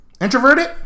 introverted